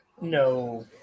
No